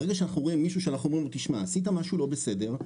ברגע שאנחנו רואים מישהו אנחנו אומרים לו תשמע עשית משהו לא בסדר,